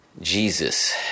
Jesus